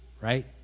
right